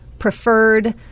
preferred